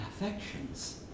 affections